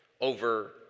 over